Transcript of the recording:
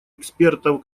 экспертов